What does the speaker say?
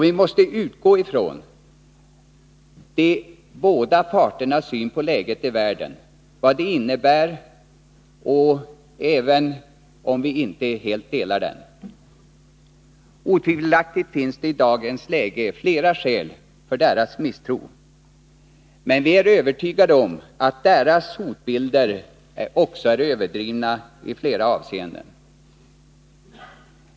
Vi måste utgå från vad de båda parternas syn på läget i världen innebär, även om vi inte helt delar den. Otvivelaktigt finns det i dagens läge flera skäl för deras misstro. Men vi är övertygade om att deras hotbilder också är överdrivna i flera avseenden.